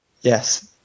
Yes